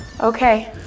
Okay